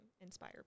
inspire